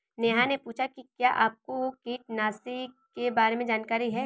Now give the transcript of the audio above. नेहा ने पूछा कि क्या आपको कीटनाशी के बारे में जानकारी है?